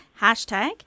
hashtag